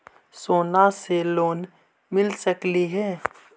सोना से लोन मिल सकली हे?